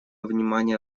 внимание